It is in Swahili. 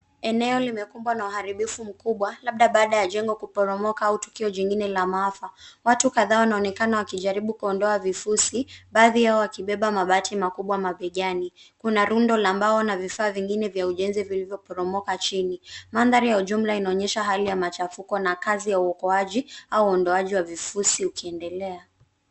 Eneo limekumbwa na uharibifu mkubwa labda baada ya jengo kuporomoka au tukio jingine la maafa. Watu kadhaa wanaonekana wakijaribu kuondoa vifusi baadhi yao wakibeba mabati makubwa mabegani. Kuna rundo la mbao na vifaa vingine vilivyo poromoka chini. Mandhari ya ujumla inaonyesha hali ya machafuko na kazi ya uokoaji au uondoaji wa vifusi ukiendelea.